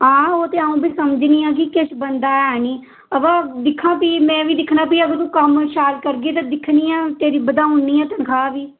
हां ओह् ते अ'ऊं बी समझनी आं कि किश बनदा है निं अबा दिक्खां भी में बी दिक्खना भी अगर तू कम्म शैल करगी ते दिक्खनी आं तेरी बधाई ओड़नी आं तन्खाह् बी